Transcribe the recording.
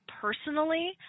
personally